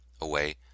away